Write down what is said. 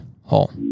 hall